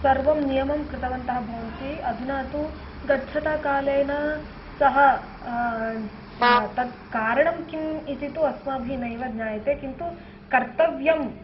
सर्वं नियमं कृतवन्तः भवन्ति अधुना तु गच्छता कालेन सः तत् कारणं किम् इति तु अस्माभिः नैव ज्ञायते किन्तु कर्तव्यम्